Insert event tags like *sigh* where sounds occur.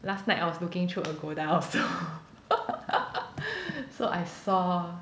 last night I was looking through Agoda also *laughs* so I saw